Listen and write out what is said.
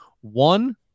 one